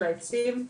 העצים,